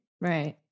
Right